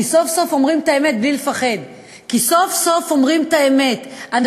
כי סוף-סוף אומרים את האמת בלי לפחד,